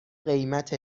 قیمت